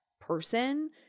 person